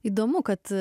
įdomu kad